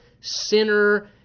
sinner